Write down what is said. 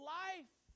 life